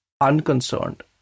unconcerned